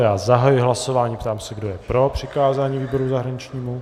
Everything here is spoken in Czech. Já zahajuji hlasování a ptám se, kdo je pro přikázání výboru zahraničnímu.